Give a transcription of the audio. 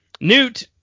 Newt